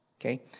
Okay